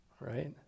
right